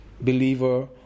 Believer